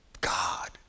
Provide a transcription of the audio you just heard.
God